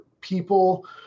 people